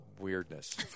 weirdness